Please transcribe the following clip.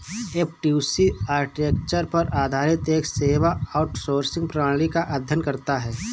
F two C architecture पर आधारित एक सेवा आउटसोर्सिंग प्रणाली का अध्ययन करता है